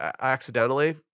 accidentally